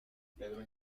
pedro